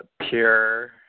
pure